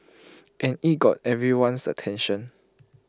and IT got everyone's attention